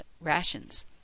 rations